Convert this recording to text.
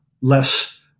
less